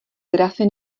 grafy